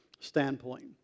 Standpoint